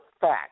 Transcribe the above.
fact